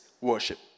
worship